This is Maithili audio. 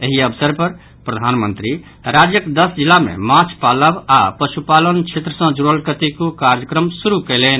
एहि अवसर पर प्रधानमंत्री राज्यक दस जिला मे माछ पालब आओर पशुपालन क्षेत्र सँ जुड़ल कतेको कार्यक्रम शुरू कयलनि